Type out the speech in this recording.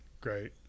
Great